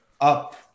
up